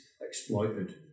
exploited